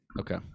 Okay